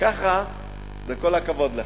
ככה זה כל הכבוד לך.